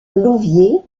louviers